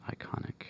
iconic